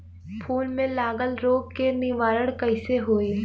फूल में लागल रोग के निवारण कैसे होयी?